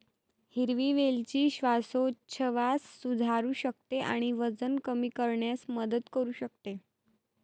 हिरवी वेलची श्वासोच्छवास सुधारू शकते आणि वजन कमी करण्यास मदत करू शकते